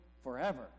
forever